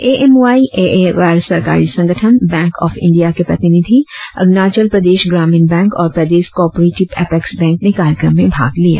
A M Y A A गैर सरकारी संगठन बैंक ऑफ इंडिया के प्रतिनिधि अरुणाचल प्रदेश ग्रामीण बैंक और Pradesh cooperative apex bank ने कार्यक्रम में भाग लिया